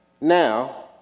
Now